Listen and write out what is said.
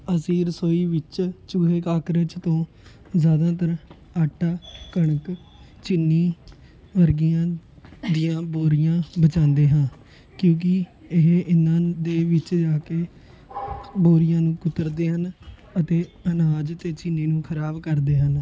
ਅਸੀਂ ਰਸੋਈ ਵਿੱਚ ਚੂਹੇ ਕਾਕਰੋਚ ਤੋਂ ਜ਼ਿਆਦਾਤਰ ਆਟਾ ਕਣਕ ਚੀਨੀ ਵਰਗੀਆਂ ਦੀਆਂ ਬੋਰੀਆਂ ਬਚਾਉਂਦੇ ਹਾਂ ਕਿਉਂਕਿ ਇਹ ਇਹਨਾਂ ਦੇ ਵਿੱਚ ਜਾ ਕੇ ਬੋਰੀਆਂ ਨੂੰ ਕੁਤਰਦੇ ਹਨ ਅਤੇ ਅਨਾਜ ਅਤੇ ਚੀਨੀ ਨੂੰ ਖ਼ਰਾਬ ਕਰਦੇ ਹਨ